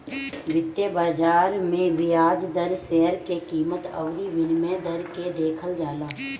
वित्तीय बाजार में बियाज दर, शेयर के कीमत अउरी विनिमय दर के देखल जाला